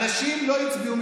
אנשים לא הצביעו,